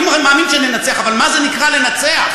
אני מאמין שננצח, אבל מה זה נקרא לנצח?